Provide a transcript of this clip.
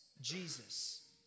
Jesus